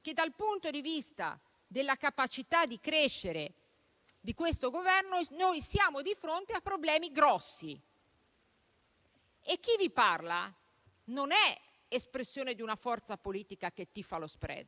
che dal punto di vista della capacità di crescere di questo Governo siamo di fronte a problemi grossi e chi vi parla non è espressione di una forza politica che tifa lo *spread*.